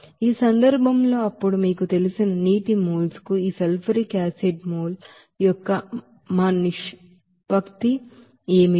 ఈ సందర్భంలో అప్పుడు మీకు తెలిసిన నీటి మోల్ కు ఈ సల్ఫ్యూరిక్ యాసిడ్ మోల్ యొక్క మా నిష్పత్తి ఏమిటి